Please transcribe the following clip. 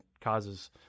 causes